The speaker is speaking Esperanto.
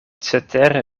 cetere